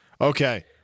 Okay